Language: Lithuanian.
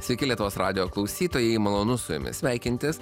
sveiki lietuvos radijo klausytojai malonu su jumis sveikintis